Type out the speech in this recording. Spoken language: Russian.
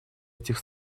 этих